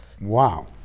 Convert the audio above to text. Wow